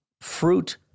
fruit